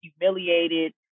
humiliated